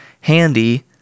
handy